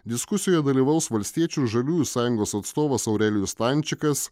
diskusijoj dalyvaus valstiečių ir žaliųjų sąjungos atstovas aurelijus stančikas